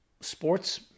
sports